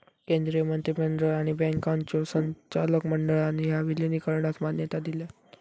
केंद्रीय मंत्रिमंडळ आणि बँकांच्यो संचालक मंडळान ह्या विलीनीकरणास मान्यता दिलान